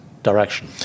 direction